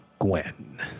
Gwen